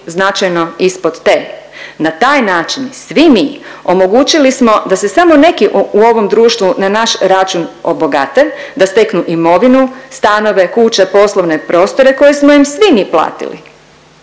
značajno ispod te. Na taj način svi mi omogućili smo da se samo neki u ovom društvu na naš račun obogate, da steknu imovinu, stanove, kuće, poslovne prostore koje smo im svi mi platili.